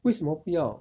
为什么不要